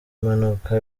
impanuka